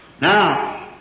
Now